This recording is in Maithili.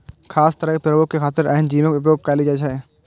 खास तरहक प्रयोग के खातिर एहन जीवक उपोयग कैल जाइ छै